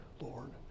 Lord